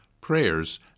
prayers